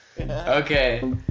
Okay